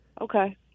Okay